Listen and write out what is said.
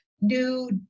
new